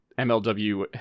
mlw